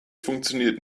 funktioniert